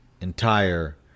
entire